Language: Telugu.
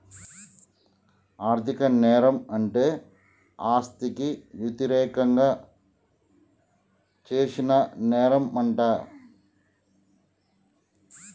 ఆర్ధిక నేరం అంటే ఆస్తికి యతిరేకంగా చేసిన నేరంమంట